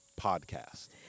podcast